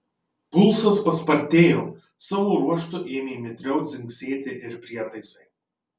pulsas paspartėjo savo ruožtu ėmė mitriau dzingsėti ir prietaisai